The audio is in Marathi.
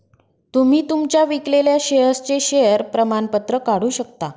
तुम्ही तुमच्या विकलेल्या शेअर्सचे शेअर प्रमाणपत्र काढू शकता